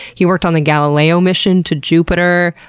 he worked on the galileo mission to jupiter,